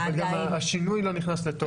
אבל גם השינוי לא נכנס לתוקף.